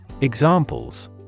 Examples